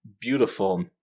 beautiful